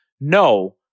No